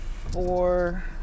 four